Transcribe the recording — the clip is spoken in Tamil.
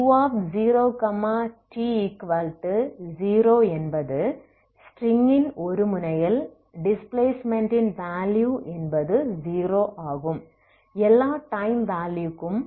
u0t0என்பது ஸ்ட்ரிங் -ன் ஒரு முனையில் டிஸ்பிளேஸ்ட்மென்டின் வேலுயு என்பது 0 ஆகும் எல்லா டைம் வேலுயுக்கும்